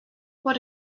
what